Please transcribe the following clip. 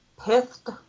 Pithed